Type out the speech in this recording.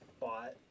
bought